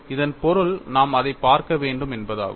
இதன் பொருள் நாம் அதைப் பார்க்க வேண்டும் என்பதாகும்